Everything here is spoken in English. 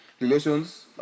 relations